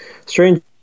strange